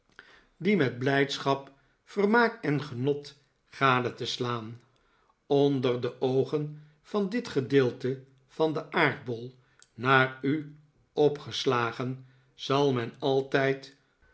die met blijdschap vermaak en genot gade te slaan qnder de oogen van dit gedeelte van den aardbol naar u opgeslagen zal men altijd